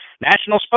national